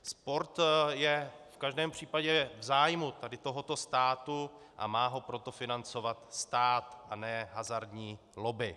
Sport je v každém případě v zájmu tady tohoto státu, a má ho proto financovat stát a ne hazardní lobby.